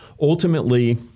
Ultimately—